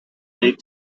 lead